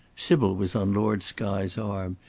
sybil was on lord skye's arm,